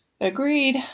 Agreed